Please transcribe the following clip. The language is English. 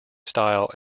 style